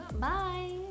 bye